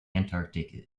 antarctic